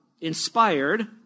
inspired